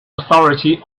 authority